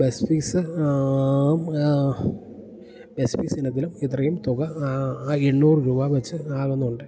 bus fees bus ഫീസിനത്തിലും ഇത്രയും തുക എണ്ണൂറ് രൂപ വെച്ച് ആകുന്നുണ്ട്